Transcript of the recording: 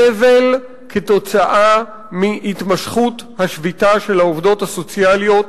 הסבל כתוצאה מהתמשכות השביתה של העובדות הסוציאליות